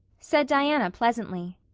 said diana pleasantly.